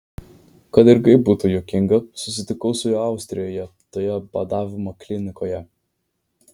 kad ir kaip būtų juokinga susitikau su juo austrijoje toje badavimo klinikoje